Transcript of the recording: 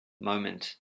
moment